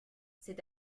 c’est